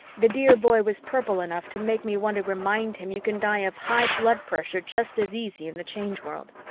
the dear boy was purple enough to make me want to remind him you can die of high blood pressure just as easy in the change world.